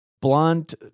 blunt